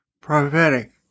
prophetic